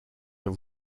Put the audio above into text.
are